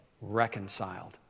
reconciled